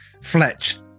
Fletch